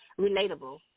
relatable